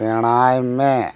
ᱥᱮᱬᱟᱭ ᱢᱮ